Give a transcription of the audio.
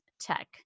tech